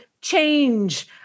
change